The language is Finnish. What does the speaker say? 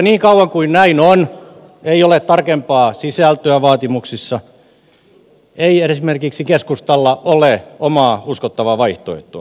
niin kauan kuin näin on että ei ole tarkempaa sisältöä vaatimuksissa ei edes esimerkiksi keskustalla ole omaa uskottavaa vaihtoehtoa